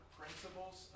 principles